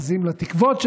בזים לתקוות שלהם,